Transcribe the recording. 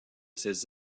ces